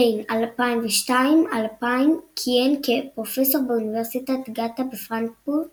בין 2002–2000 כיהן כפרופסור באוניברסיטת גתה בפרנקפורט